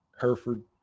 Hereford